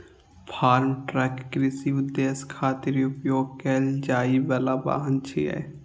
farm truck कृषि उद्देश्य खातिर उपयोग कैल जाइ बला वाहन छियै